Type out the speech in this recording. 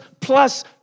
plus